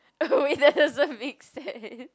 oh it doesn't make sense